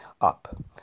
up